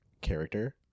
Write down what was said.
character